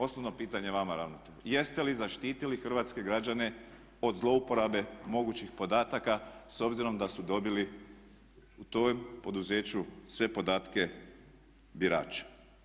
Osnovno je pitanje vama ravnatelju jeste li zaštitili hrvatske građane od zlouporabe mogućih podataka s obzirom da su dobili u tom poduzeću sve podatke birača?